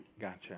Gotcha